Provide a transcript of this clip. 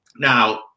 Now